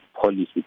policy